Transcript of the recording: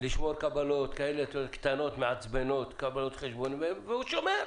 לשמור קבלות כאלה קטנות מעצבנות, והוא שומר.